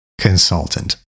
consultant